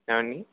ఏవండి